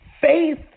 faith